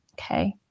Okay